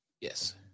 Yes